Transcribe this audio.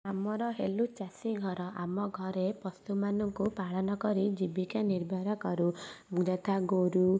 ଆମର ହେଲୁ ଚାଷୀ ଘର ଆମ ଘରେ ପଶୁମାନଙ୍କୁ ପାଳନ କରି ଜୀବିକା ନିର୍ବାହ କରୁ ଯଥା ଗୋରୁ